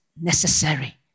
necessary